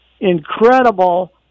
incredible